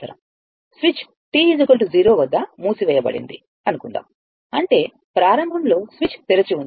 switch t 0 వద్ద మూసివేయబడింది అనుకుందాం అంటే ప్రారంభంలో స్విచ్ తెరిచి ఉంది